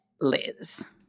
Liz